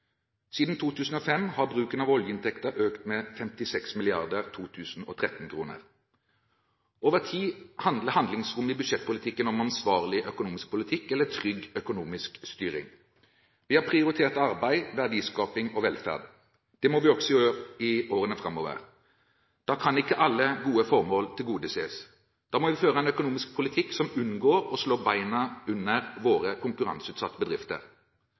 Siden 2005 har bruken av oljeinntekter økt med 56 mrd. 2013-kroner. Over tid handler handlingsrommet i budsjettpolitikken om ansvarlig økonomisk politikk eller trygg økonomisk styring. Vi har prioritert arbeid, verdiskaping og velferd. Det må vi også gjøre i årene framover. Da kan ikke alle gode formål tilgodeses. Da må vi føre en økonomisk politikk som ikke slår bena under våre konkurranseutsatte bedrifter.